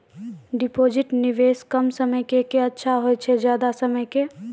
Deposit निवेश कम समय के के अच्छा होय छै ज्यादा समय के?